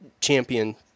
champion